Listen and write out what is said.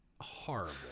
Horrible